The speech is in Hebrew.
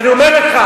אז אני אומר לך.